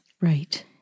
Right